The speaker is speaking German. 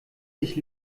sich